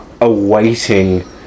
awaiting